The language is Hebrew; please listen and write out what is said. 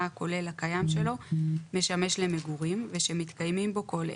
הכולל הקיים שלו משמש למגורים ושמתקיימים בו כל אלה: